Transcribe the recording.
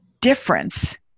difference